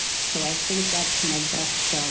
so i think that's my best